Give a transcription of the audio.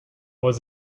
was